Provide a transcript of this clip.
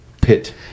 pit